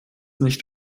nicht